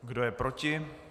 Kdo je proti?